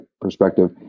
perspective